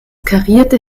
karierte